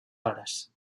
hores